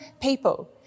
people